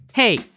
Hey